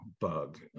bug